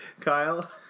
Kyle